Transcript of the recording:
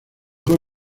fue